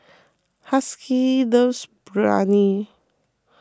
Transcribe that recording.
Haskell loves Biryani